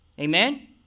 Amen